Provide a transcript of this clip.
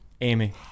Amy